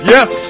Yes